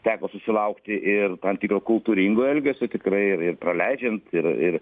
teko susilaukti ir tam tikro kultūringo elgesio tikrai ir ir praleidžiant ir ir